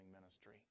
ministry